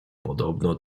podobno